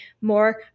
more